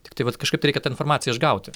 tiktai vat kažkaip tai reikia tą informaciją išgauti